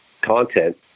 content